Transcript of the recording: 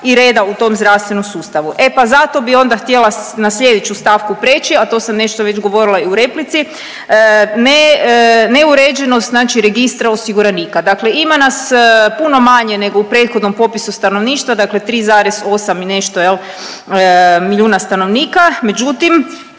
i reda u tom zdravstvenom sustavu. E pa zato bi onda htjela na slijedeću stavku preći, a to sam nešto već govorila i u replici. Neuređenost znači registra osiguranika. Dakle, ima nas puno manje nego u prethodnom popisu stanovništva, dakle 3,8 i nešto jel milijuna stanovnika, međutim